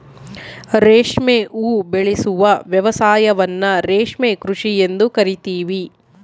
ರೇಷ್ಮೆ ಉಬೆಳೆಸುವ ವ್ಯವಸಾಯವನ್ನ ರೇಷ್ಮೆ ಕೃಷಿ ಎಂದು ಕರಿತೀವಿ